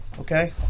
okay